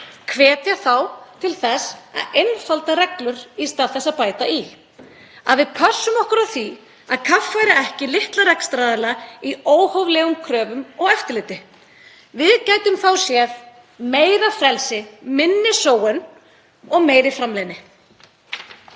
hvetja þá til þess að einfalda reglur í stað þess að bæta í, að við pössum okkur á því að kaffæra ekki litla rekstraraðila í óhóflegum kröfum og eftirliti. Við gætum þá séð meira frelsi, minni sóun og meiri framleiðni.